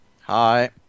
Hi